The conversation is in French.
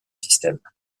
système